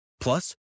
Plus